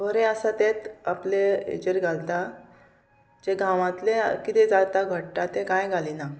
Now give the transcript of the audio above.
बरें आसा तेंच आपले हेचेर घालता जे गांवांतले कितें जाता घडटा तें कांय घालिना